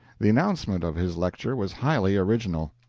the announcement of his lecture was highly original.